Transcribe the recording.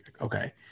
Okay